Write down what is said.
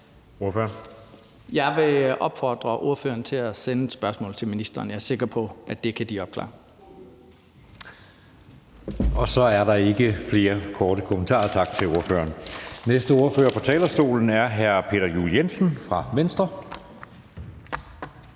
Jeg vil opfordre ordføreren til at sende spørgsmålet til ministeriet. Jeg er sikker på, at det kan de opklare. Kl. 17:18 Anden næstformand (Jeppe Søe): Så er der ikke flere korte bemærkninger. Tak til ordføreren. Næste ordfører på talerstolen er hr. Peter Juel-Jensen fra Venstre. Kl.